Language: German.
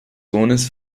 sohnes